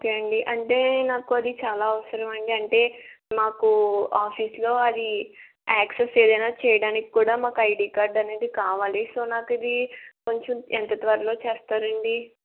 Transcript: okay అండి అంటే నాకు అది చాలా అవసరం అండి అంటే మాకు ఆఫీసులో అది యాక్సెస్ ఏదైనా చెయ్యడానికి కూడా మాకు ఐడి కార్డ్ అనేది కావాలి సో నాకు ఇది కొంచెం ఎంత త్వరగా చేస్తారండి